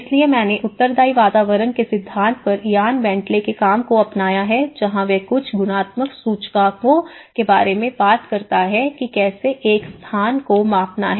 इसलिए मैंने उत्तरदायी वातावरण के सिद्धांत पर इयान बेंटले के काम को अपनाया है जहां वह कुछ गुणात्मक सूचकांकों के बारे में बात करता है कि कैसे एक स्थान को मापना है